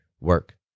work